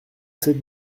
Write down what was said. sept